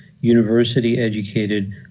university-educated